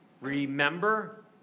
remember